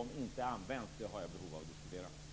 som inte används har jag ett behov av att diskutera denna fråga.